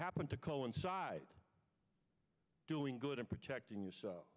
happen to coincide doing good and protecting yourself